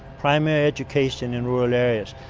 primary education in rural areas,